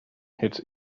it’s